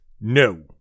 No